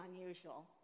unusual